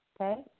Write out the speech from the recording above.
okay